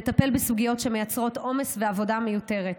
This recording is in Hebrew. לטפל בסוגיות שמייצרות עומס ועבודה מיותרת.